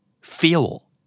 Feel